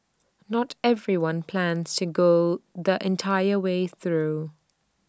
not everyone plans to go the entire way through